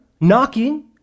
knocking